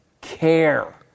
care